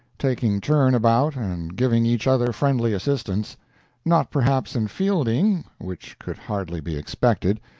taking turn about and giving each other friendly assistance not perhaps in fielding, which could hardly be expected,